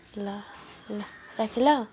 ल ल राखेँ ल